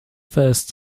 first